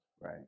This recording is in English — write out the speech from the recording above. right